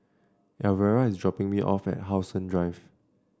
Alvera is dropping me off at How Sun Drive